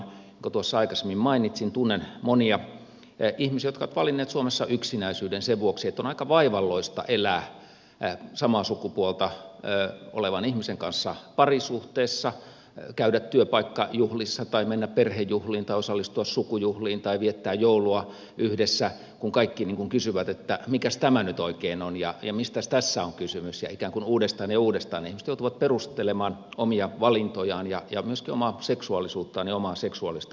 kuten tuossa aikaisemmin mainitsin tunnen monia ihmisiä jotka ovat valinneet suomessa yksinäisyyden sen vuoksi että on aika vaivalloista elää samaa sukupuolta olevan ihmisen kanssa parisuhteessa käydä työpaikkajuhlissa tai mennä perhejuhliin tai osallistua sukujuhliin tai viettää joulua yhdessä kun kaikki kysyvät että mikäs tämä nyt oikein on ja mistäs tässä on kysymys ja ikään kuin uudestaan ja uudestaan ihmiset joutuvat perustelemaan omia valintojaan ja myöskin omaa seksuaalisuuttaan ja omaa seksuaalista suuntautumistaan